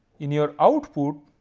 in your output,